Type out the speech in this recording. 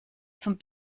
zum